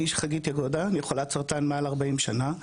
אני חולת סרטן מעל 40 שנה.